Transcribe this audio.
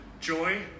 Joy